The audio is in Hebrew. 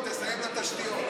תסיים על התשתיות.